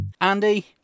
Andy